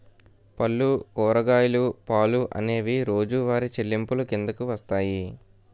పళ్ళు కూరగాయలు పాలు అనేవి రోజువారి చెల్లింపులు కిందకు వస్తాయి